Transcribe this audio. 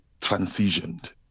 transitioned